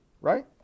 Right